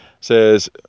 says